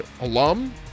alum